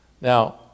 Now